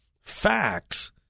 facts